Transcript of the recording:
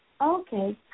Okay